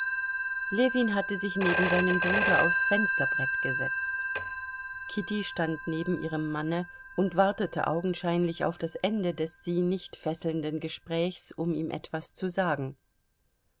ljewin hatte sich neben seinen bruder aufs fensterbrett gesetzt kitty stand neben ihrem manne und wartete augenscheinlich auf das ende des sie nicht fesselnden gesprächs um ihm etwas zu sagen